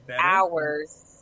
hours